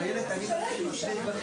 (הישיבה נפסקה בשעה 18:00 ונתחדשה בשעה 18:25.)